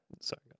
Sorry